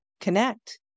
connect